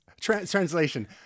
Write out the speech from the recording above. Translation